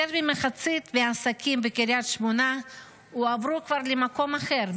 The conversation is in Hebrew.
יותר ממחצית מהעסקים בקריית שמונה הועברו כבר למקום אחר,